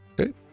okay